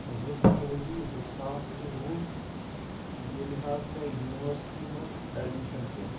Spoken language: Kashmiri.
زٕ فرؤری زٕ ساس تہٕ وُہ ییٚلہِ حظ مےٚ یونیورسٹی منٛز ایڈمِشن کوٚر